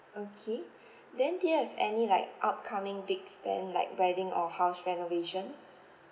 okay then do you have any like upcoming big spend like wedding or house renovation